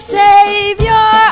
savior